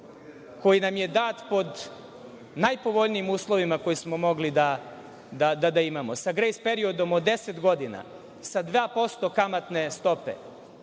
koji nam je dat pod najpovoljnijim uslovima koji smo mogli da imamo, sa grejs periodom od deset godina, sa dva posto kamatne stope.